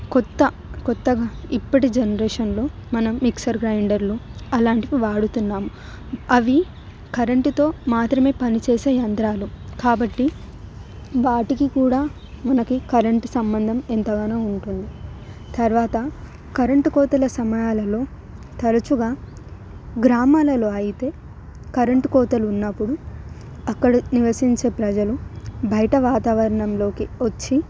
కొత్త కొత్త ఇప్పటి జనరేషన్లో మనం మిక్సర్ గ్రైండర్లు అలాంటివి వాడుతున్నాం అవి కరెంటుతో మాత్రమే పని చేసే యంత్రాలు కాబట్టి వాటికి కూడా మనకి కరెంటు సంబంధం ఎంతగానో ఉంటుంది తర్వాత కరెంటు కోతల సమయాలలో తరచుగా గ్రామాలలో అయితే కరెంటు కోతలు ఉన్నప్పుడు అక్కడ నివసించే ప్రజలు బయట వాతావరణంలోకి వచ్చి